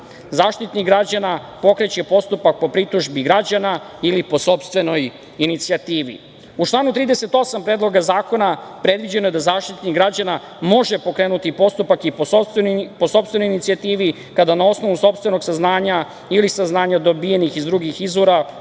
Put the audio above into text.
dana.Zaštitnik građana pokreće postupak po pritužbi građana ili po sopstvenoj inicijativi.U članu 38. Predloga zakona predviđeno je da Zaštitnik građana može pokrenuti postupak i po sopstvenoj inicijativi kada na osnovu sopstvenog saznanja ili saznanja dobijenih iz drugih izvora,